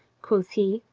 quoth he,